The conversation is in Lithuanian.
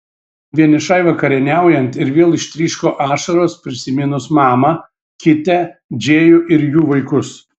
vienišai vakarieniaujant ir vėl ištryško ašaros prisiminus mamą kitę džėjų ir jų vaikus